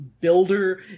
builder